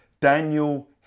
Daniel